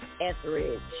Etheridge